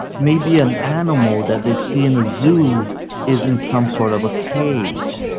maybe an animal that they see in the zoo is in some sort of a cage.